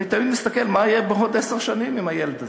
אני תמיד מסתכל מה יהיה בעוד עשר שנים עם הילד הזה.